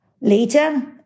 later